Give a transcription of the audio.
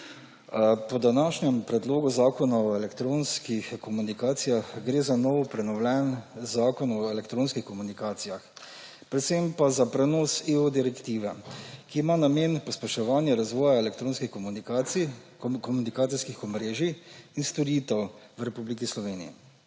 Po današnjem Predlogu zakona o elektronskih komunikacijah gre za novo prenovljen Zakon o elektronskih komunikacijah. Predvsem pa za prenos EU direktive, ki ima namen pospeševanja razvoja elektronskih komunikacij, komunikacijskih omrežij in storitev v Republiki Sloveniji